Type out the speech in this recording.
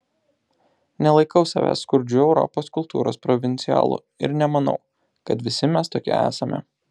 nelaikau savęs skurdžiu europos kultūros provincialu ir nemanau kad visi mes tokie esame